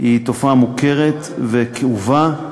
היא תופעה מוכרת וכאובה.